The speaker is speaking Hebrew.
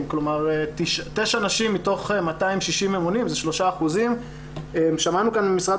כלומר תשע נשים מתוך 260 ממונים זה 3%. שמענו כאן ממשרד